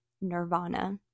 Nirvana